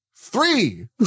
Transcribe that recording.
three